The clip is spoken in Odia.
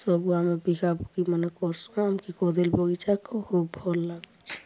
ସବୁ ଆମେ ବିକାବୁକି ମାନେ କର୍ସୁଁ ଆମ୍କେ କଦେଲ୍ ବଗିଚା ଖୋବ୍ ଭଲ୍ ଲାଗୁଛେ